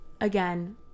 again